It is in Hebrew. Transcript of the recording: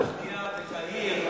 את הבנייה בקהיר,